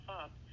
up